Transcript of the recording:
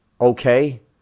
okay